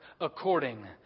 According